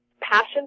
passion